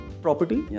Property